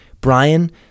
Brian